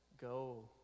go